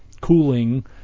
cooling